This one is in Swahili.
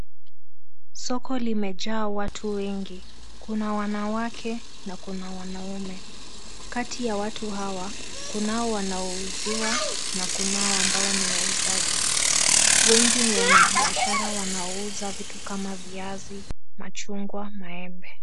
Soko limejaa watu wengi. Kuna wanawake na kuna wanaume. Kati ya watu hawa kunao wanaouziwa na kunao ambao ni wauzaji. Wengi ni wanabiashara wanaouza vitu kama viazi, machungwa, maembe.